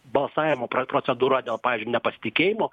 balsavimo procedūra dėl pavyzdžiui nepasitikėjimo